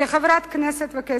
כחברי הכנסת וכאזרחים.